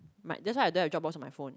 my that's why I do have Dropbox on my phone